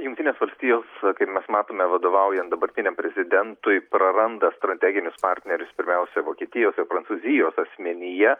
jungtinės valstijos kaip mes matome vadovaujan dabartiniam prezidentui praranda strateginius partnerius pirmiausia vokietijos ir prancūzijos asmenyje